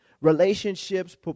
relationships